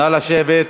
נא לשבת.